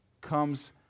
comes